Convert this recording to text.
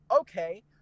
okay